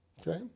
Okay